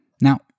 Now